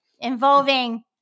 Involving